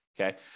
Okay